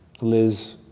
Liz